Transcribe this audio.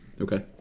Okay